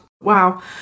Wow